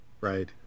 Right